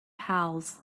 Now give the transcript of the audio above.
pals